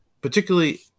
Particularly